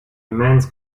immense